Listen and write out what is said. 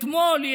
אתמול, היא